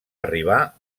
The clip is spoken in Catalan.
arribar